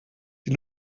die